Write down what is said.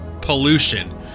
pollution